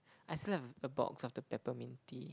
I still have a box of the peppermint tea